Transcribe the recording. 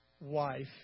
wife